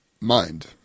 mind